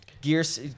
Gears